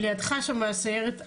לידך יושב מהסיירת,